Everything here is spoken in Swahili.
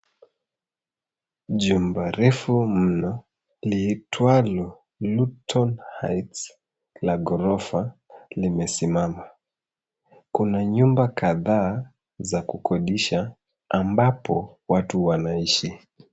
Jumba refu mno liitwalo Luton Heights la ghorofa limesimama. Kuna nyumba kadhaa za kukodisha ambapo watu wanaishi.